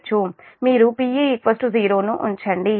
మీరుPe0 ఉంచండి